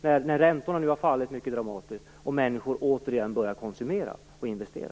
Nu har ju räntorna fallit mycket dramatiskt och människor har återigen börjat konsumera och investera.